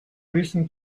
listen